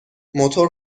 موتور